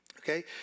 Okay